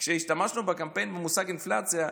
כשהשתמשנו בקמפיין במושג אינפלציה,